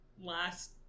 last